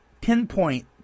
pinpoint